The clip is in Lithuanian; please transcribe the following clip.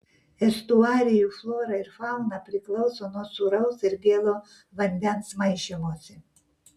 estuarijų flora ir fauna priklauso nuo sūraus ir gėlo vandens maišymosi